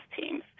teams